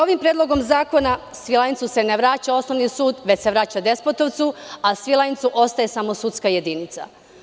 Ovim predlogom zakona Svilajncu se ne vraća osnovni sud već se vraća Despotovcu, a Svilajncu ostaje samo sudska jedinica.